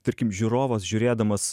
tarkim žiūrovas žiūrėdamas